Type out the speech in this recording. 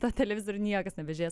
tą televizorių niekas nebežiūrės